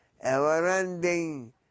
ever-ending